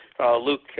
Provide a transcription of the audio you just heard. Luke